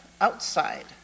outside